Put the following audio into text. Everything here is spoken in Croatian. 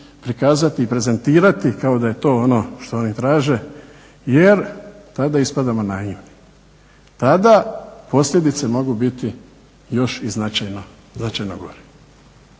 prikazati i prezentirati kao da je to ono što oni traže jer tada ispadamo naivni. Tada posljedice mogu biti još i značajno gore.